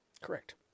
Correct